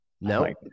No